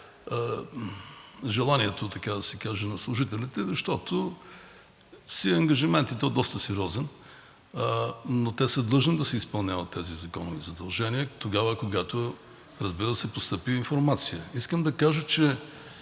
желанието, така да се каже, на служителите, защото си е ангажимент, и то доста сериозен, но те са длъжни да си изпълняват тези законни задължения тогава, когато, разбира се, постъпи информация. Искам да кажа, че